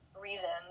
reasons